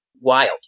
Wild